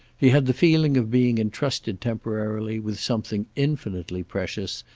he had the feeling of being entrusted temporarily with something infinitely precious,